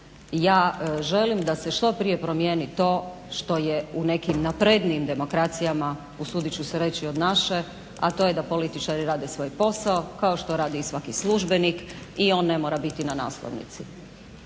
Ja želim da se što prije promijeni to što je u nekim naprednijim demokracijama usudit ću se reći od naše, a to je da političari rade svoj posao kao što radi i svaki službenik i on ne mora biti na naslovnici.